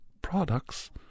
products